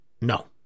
No